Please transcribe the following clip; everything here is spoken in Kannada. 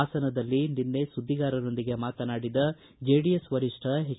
ಹಾಸನದಲ್ಲಿ ನಿನ್ನೆ ಸುದ್ದಿಗಾರರೊಂದಿಗೆ ಮಾತನಾಡಿದ ಜೆಡಿಎಸ್ ವರಿಷ್ಠ ಎಚ್